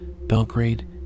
Belgrade